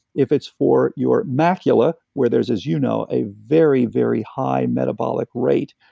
if it's for your macula, where there is as you know, a very, very high metabolic rate,